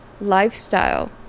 lifestyle